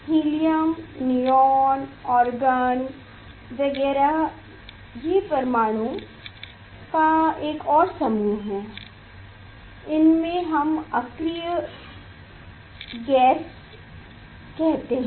helium neon argon वगैरह यह परमाणुओं का एक और समूह है इन्हें हम अक्रिय गैस कहते है